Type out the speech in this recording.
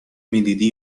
میدیدی